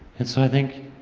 and so i think,